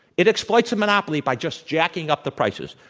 it exploits the monopoly by just jacking up the prices,